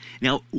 Now